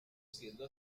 siendo